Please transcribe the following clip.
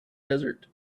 desert